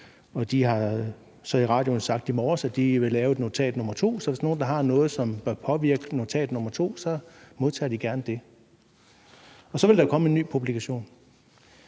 siddet i radioen og sagt i morges, at de vil lave et notat nr. 2. Så hvis der er nogen, der har noget, som vil påvirke notat nr. 2, modtager de gerne det. Så ville der jo komme en ny publikation.